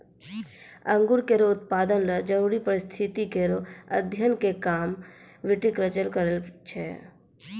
अंगूर केरो उत्पादन ल जरूरी परिस्थिति केरो अध्ययन क काम विटिकलचर करै छै